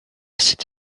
cette